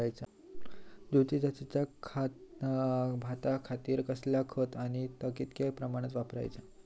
ज्योती जातीच्या भाताखातीर कसला खत आणि ता कितक्या प्रमाणात वापराचा?